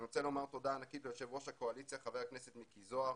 אני רוצה לומר תודה ענקית ליושב ראש הקואליציה חבר הכנסת מיקי זוהר.